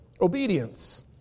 obedience